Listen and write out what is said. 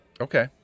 Okay